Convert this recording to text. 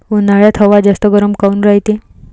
उन्हाळ्यात हवा जास्त गरम काऊन रायते?